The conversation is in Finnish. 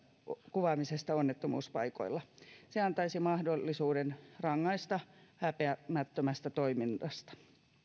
kuvaamisesta onnettomuuspaikoilla se antaisi mahdollisuuden rangaista häpeämättömästä toiminnasta